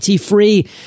Free